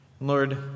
Lord